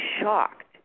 shocked